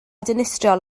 dinistriol